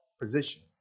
position